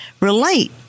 relate